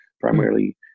primarily